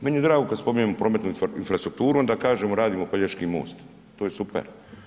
Meni je drago kad spominjemo prometnu infrastrukturu onda kažemo radimo Pelješki most, to je super.